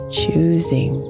choosing